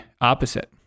opposite